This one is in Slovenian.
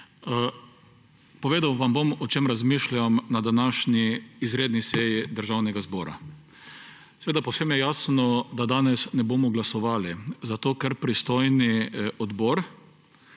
Povedal vam bom, o čem razmišljam na današnji izredni seji Državnega zbora. Povsem jasno je, da danes ne bomo glasovali, zato ker pristojni odbor